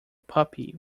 puppy